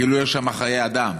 כאילו יש שם חיי אדם,